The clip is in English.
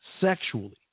sexually